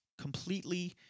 completely